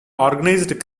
organized